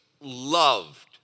loved